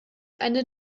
eine